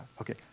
Okay